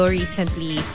recently